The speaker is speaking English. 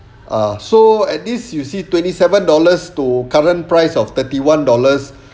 ah so at least you see twenty seven dollars to current price of thirty one dollars